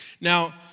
Now